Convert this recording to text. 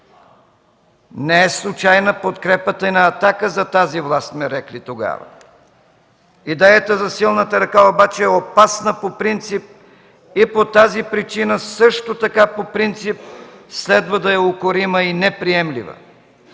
Не е случайна подкрепата и на „Атака” за тази власт”, сме рекли тогава. „Идеята за силната ръка обаче е опасна по принцип и по тази причина, също така по принцип, следва да е укорима и неприемлива.